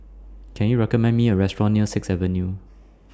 Can YOU recommend Me A Restaurant near Sixth Avenue